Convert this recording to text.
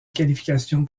qualification